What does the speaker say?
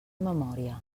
memòria